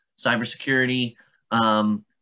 Cybersecurity